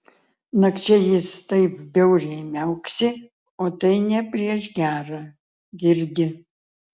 nakčia jis taip bjauriai miauksi o tai ne prieš gera girdi